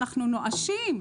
אנחנו נואשים.